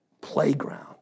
playground